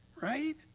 right